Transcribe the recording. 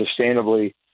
sustainably